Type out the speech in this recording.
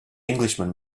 englishman